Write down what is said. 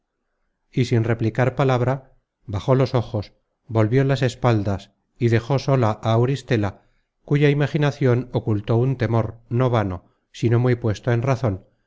y sin replicar palabra bajó los ojos volvió las espaldas y dejó sola á auristela cuya imaginacion ocupó un temor no vano sino muy puesto en razon